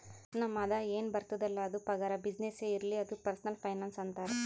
ನಮ್ ಆದಾಯ ಎನ್ ಬರ್ತುದ್ ಅಲ್ಲ ಅದು ಪಗಾರ, ಬಿಸಿನ್ನೆಸ್ನೇ ಇರ್ಲಿ ಅದು ಪರ್ಸನಲ್ ಫೈನಾನ್ಸ್ ಅಂತಾರ್